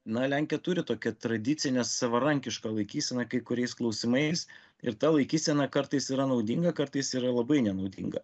na lenkija turi tokią tradicinę savarankišką laikyseną kai kuriais klausimais ir ta laikysena kartais yra naudinga kartais yra labai nenaudinga